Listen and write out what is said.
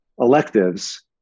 electives